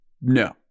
No